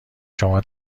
شما